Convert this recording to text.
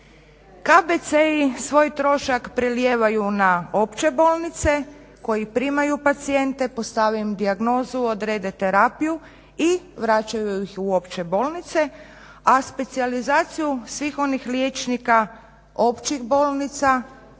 KBC-i svoj trošak prelijevaju na opće bolnice koje primaju pacijente, postave im dijagnozu, odrede terapiju i vraćaju ih u opće bolnice, a specijalizaciju svih onih liječnika općih bolnica